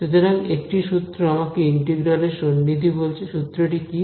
সুতরাং একটি সূত্র আমাকে ইন্টিগ্রাল এর সন্নিধি বলছে সূত্রটি কি